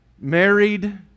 married